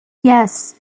yes